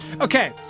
okay